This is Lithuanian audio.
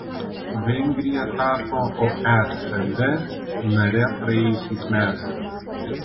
vengrija tapo oecd nare praėjusiais metais